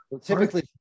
typically